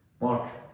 Mark